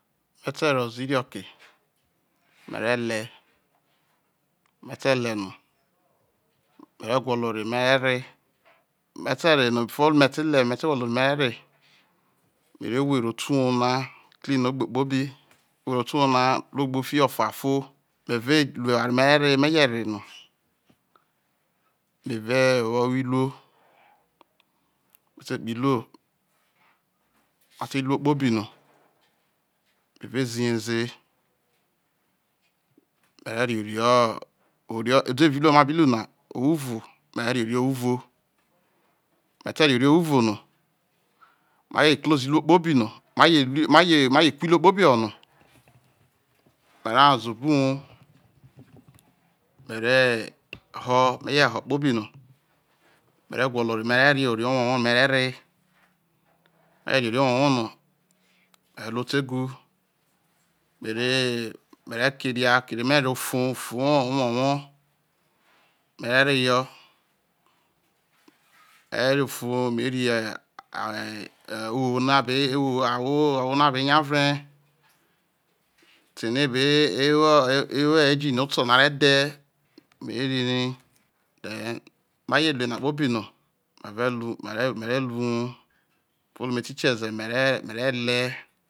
Me te rowo le inoke me rele me be leno merẹ gwolo ore nome rore mete re no before no me te le nome te gwolo ore no me te reme re nwere oto uwouna otean ogbe kpobi nwere oto uwo na ru ogbe kpobi fibo fuafo me veru oware no me rere me je re no me ue wo̠ owo iruo mete kpobo iruo ateru iruo kpobi no me ue zibe ze mere re ore o evao udhevie iruo no ma biru na owuuou mere re ore owuvou me te re ore owouo no maje does iruo kpobino maje maje ku iruo kpobi no no me nyazo obo wuo me re bo me je ho no kpobi no me gwolo ore no mere re ore owowo no̠ me̠ re̠ re̠ me je re ore owowo no me re ruo otewho mere me re kena kere me refio ofor ofor owowo mere reho me re reho ofor me re mo eh uwono no uwuho ahwo no abe ny avre re ero ebe ewo ewo engme oto no are dhe mere rri rai then ma je nu enana kpobino ma ve ruo uwou me re ruo uwou olu me tikieze me̠ re̠ me̠ re̠ le̠